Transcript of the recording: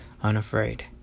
unafraid